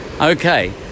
Okay